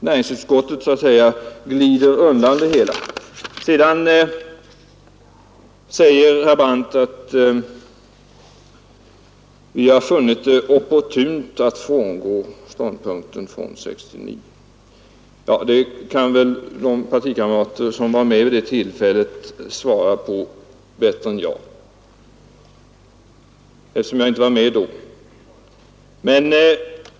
Näringsutskottet glider mera undan i kärnfrågan. Herr Brandt påstår att vi har funnit det opportunt att frångå ståndpunkten från 1969. Det kan väl de av mina partikamrater som var med vid det tillfället svara på bättre än jag, eftersom jag inte var med då.